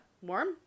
warm